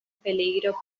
peligro